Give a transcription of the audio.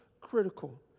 critical